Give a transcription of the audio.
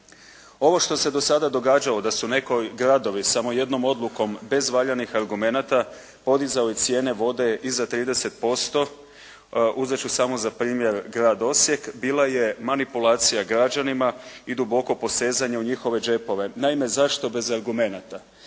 Ovo što se do sada događalo da su neki gradovi samo jednom odlukom bez valjanih argumenata podizali cijene vode i za 30%. Uzet ću samo za primjer grad Osijek. Bila je manipulacija građanima i duboko posezanje u njihove džepove. Naime, zašto bez argumenata?